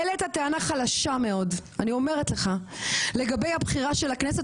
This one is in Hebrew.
העלית טענה חלשה מאוד לגבי הבחירה של הכנסת